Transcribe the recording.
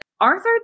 Arthur